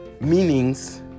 meanings